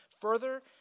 further